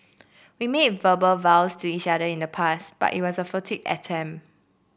we made verbal vows to each other in the past but it was a attempt